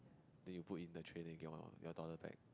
then you put in the tray then you get one your dollar back